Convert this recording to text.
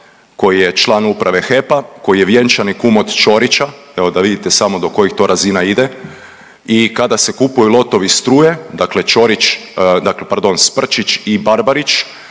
koji je član uprave HEP-a koji je vjenčani kum od Čorića, evo da vidite samo do kojih to razina ide i kada se kupuju lotovi struje, dakle Čorić, dakle pardon Sprčić i Barbarić